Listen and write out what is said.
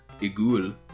Igul